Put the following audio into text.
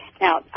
now